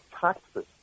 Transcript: taxes